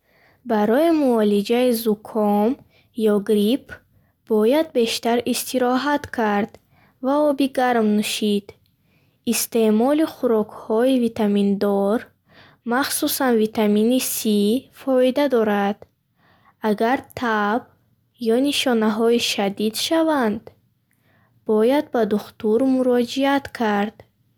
Барои муолиҷаи зуком ё грипп бояд бештар истироҳат кард ва оби гарм нӯшид. Истеъмоли хӯрокҳои витаминдор, махсусан витамини Cи, фоида дорад. Агар таб ё нишонаҳо шадид шаванд, бояд ба духтур муроҷиат кард.